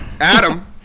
Adam